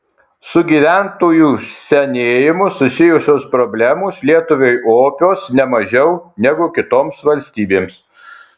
su gyventojų senėjimu susijusios problemos lietuvai opios ne mažiau negu kitoms valstybėms